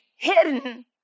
hidden